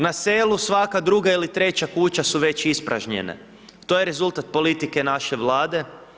Na selu svaka druga ili treća kuća su već ispražnjene, to je rezultat politike naše Vlade.